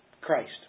Christ